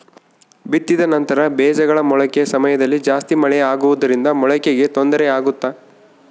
ಬಿತ್ತಿದ ನಂತರ ಬೇಜಗಳ ಮೊಳಕೆ ಸಮಯದಲ್ಲಿ ಜಾಸ್ತಿ ಮಳೆ ಆಗುವುದರಿಂದ ಮೊಳಕೆಗೆ ತೊಂದರೆ ಆಗುತ್ತಾ?